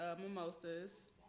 Mimosa's